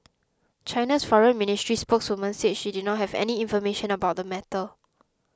China's foreign ministry spokeswoman said she did not have any information about the matter